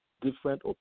different